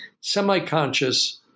semi-conscious